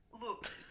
look